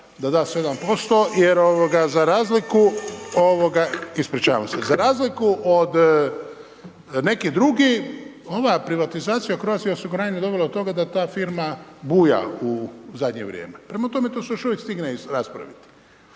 ispričavam se, za razliku od nekih drugih, ova je privatizacija Croatia osiguranje dovela do toga da ta firma buja u zadnje vrijeme. Prema tome, to se još uvijek stigne raspraviti.